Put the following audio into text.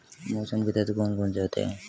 मौसम के तत्व कौन कौन से होते हैं?